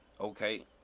Okay